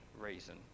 reason